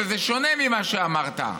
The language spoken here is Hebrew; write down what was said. וזה שונה ממה שאמרת.